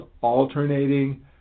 alternating